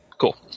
cool